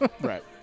Right